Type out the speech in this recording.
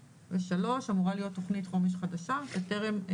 אמורה להיות תוכנית חומש חדשה שטרם,